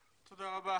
תודה רבה.